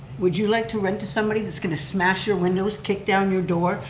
would you like to rent to somebody that's going to smash your windows, kick down your door,